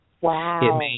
Wow